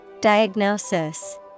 Diagnosis